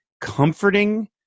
comforting